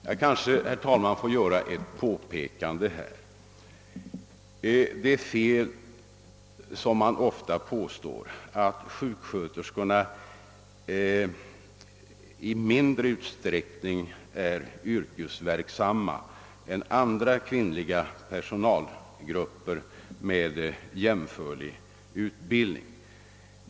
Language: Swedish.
Jag kanske, herr talman, får göra ett påpekande här. Det är fel, som man ofta påstår, att sjuksköterskorna är yrkesverksamma i mindre utsträckning än andra kvinnliga personalgrupper med jämförlig utbildning.